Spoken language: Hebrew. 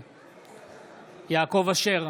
נגד יעקב אשר,